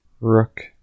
Rook